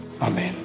Amen